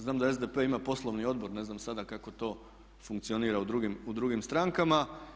Znam da SDP ima poslovni odbor, ne znam sada kako to funkcionira u drugim strankama.